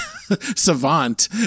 savant